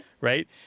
Right